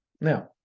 Now